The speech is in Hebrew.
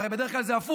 הרי בדרך כלל זה הפוך: